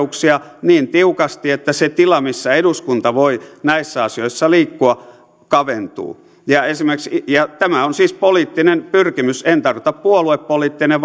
tulkitaan perusoikeuksia niin tiukasti että se tila missä eduskunta voi näissä asioissa liikkua kaventuu ja tämä on siis poliittinen pyrkimys en tarkoita että puoluepoliittinen